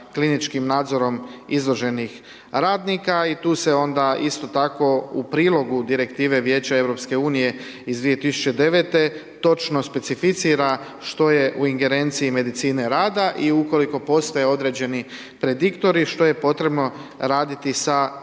kliničkim nadzorom izloženih radnika i tu se onda isto tako u prilogu direktive Vijeća Europske unije iz 2009. točno specificira što je u ingerenciji medicine rada i ukoliko postoje određeni prediktori što je potrebno raditi sa